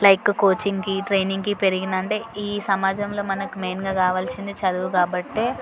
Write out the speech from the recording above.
like కోచింగ్కి ట్రైనింగ్కి పెరిగింది అంటే ఈ సమాజంలో మనకి మెయిన్గా కావలసింది చదువు కాబట్టి